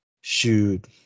shoot